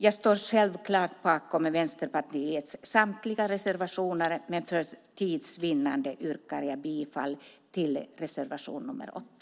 Jag står självklart bakom Vänsterpartiets samtliga reservationer, men för tids vinnande yrkar jag bifall bara till reservation nr 8.